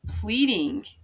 pleading